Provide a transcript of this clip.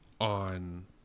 on